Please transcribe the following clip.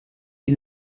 qui